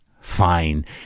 fine